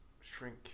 shrink